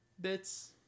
Bits